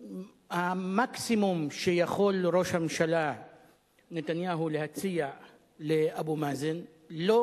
המקסימום שיכול ראש הממשלה נתניהו להציע לאבו מאזן לא